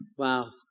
Wow